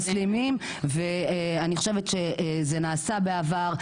ואני חושבת שזה נעשה בעבר,